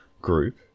group